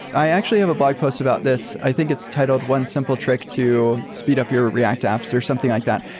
i actually have a blog post about this. i think it's titled one simple trick to speed up your react apps or something like that.